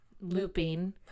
looping